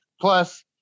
Plus